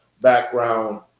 background